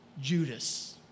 judas